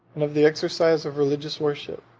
and of the exercise of religious worship.